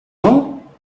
ans